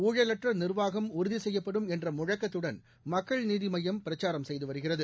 உளழலற்றநிர்வாகம்உறுதிசெய்யப்படும் என்றமுழுக்கத்துடன் மக்கள் நீதிமய்யம் பிரச்சாரம் செய்துவருகிறது